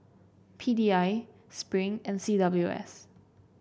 P D I Spring and C W S